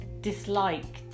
disliked